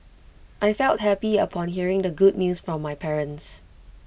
I felt happy upon hearing the good news from my parents